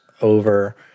over